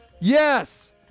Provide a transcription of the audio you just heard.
Yes